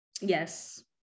yes